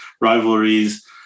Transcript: rivalries